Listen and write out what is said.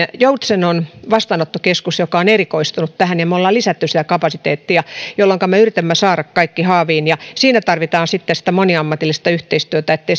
joutsenon vastaanottokeskus joka on erikoistunut tähän ja me olemme lisänneet sitä kapasiteettia jolloinka me yritämme saada kaikki haaviin siinä tarvitaan sitten sitä moniammatillista yhteistyötä että